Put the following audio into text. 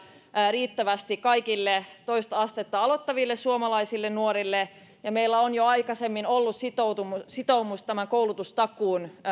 riittävästi kaikille toista astetta aloittaville suomalaisille nuorille ja meillä on jo aikaisemmin ollut sitoumus tämän koulutustakuun